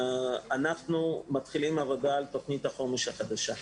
אנחנו מתחילים עבודה על תכנית החומש החדשה.